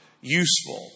useful